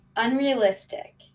unrealistic